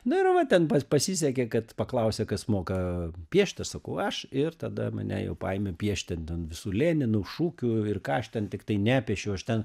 nu ir va ten pa pasisekė kad paklausė kas moka piešt aš sakau aš ir tada mane jau paėmė piešt ten ten visų lenino šūkių ir ką aš ten tiktai nepiešiau aš ten